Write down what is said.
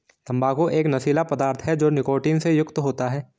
तंबाकू एक नशीला पदार्थ है जो निकोटीन से युक्त होता है